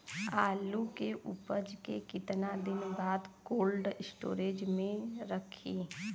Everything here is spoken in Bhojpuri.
आलू के उपज के कितना दिन बाद कोल्ड स्टोरेज मे रखी?